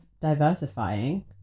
diversifying